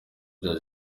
bya